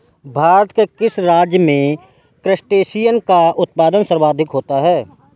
भारत के किस राज्य में क्रस्टेशियंस का उत्पादन सर्वाधिक होता है?